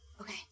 Okay